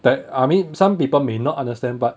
that I mean some people may not understand but